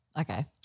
Okay